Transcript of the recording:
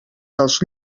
dels